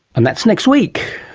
and that's next week.